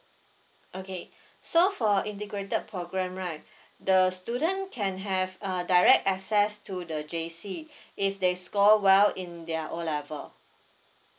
okay so for integrated program right the student can have uh direct access to the J_C if they score well in their O level